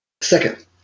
Second